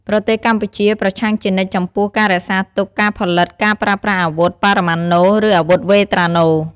ប្រទេសកម្ពុជាប្រឆាំងជានិច្ចចំពោះការរក្សាទុក ការផលិត ការប្រើប្រាស់អាវុធ បរិមាណូ ឬអាវុធវេត្រាណូ។